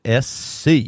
SC